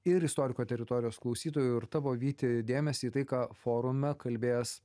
ir istoriko teritorijos klausytojų ir tavo vyti dėmesį į tai ką forume kalbėjęs